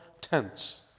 tents